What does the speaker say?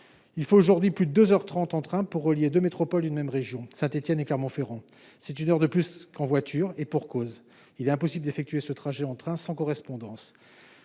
il faut aujourd'hui plus de 2 heures 30 en train pour relier 2 métropole une même région Saint-Étienne et Clermont-Ferrand, c'est une heure de plus qu'en voiture, et pour cause : il est impossible d'effectuer ce trajet en train sans correspondance